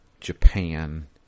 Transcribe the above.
Japan